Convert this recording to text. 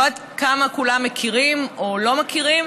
אני לא יודעת כמה כולם מכירים או לא מכירים,